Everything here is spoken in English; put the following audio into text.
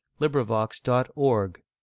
LibriVox.org